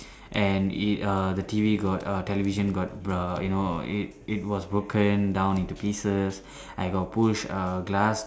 and it err the T_V got err television got err you know it it was broken down into pieces I got pushed err glass